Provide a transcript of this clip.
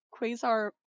Quasar